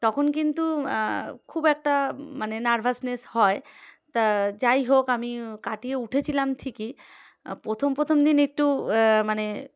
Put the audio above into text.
তখন কিন্তু খুব একটা মানে নার্ভাসনেস হয় তা যাই হোক আমি কাটিয়ে উঠেছিলাম ঠিকই প্রথম প্রথম দিন একটু মানে